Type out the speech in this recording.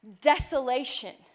desolation